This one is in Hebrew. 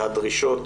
והדרישות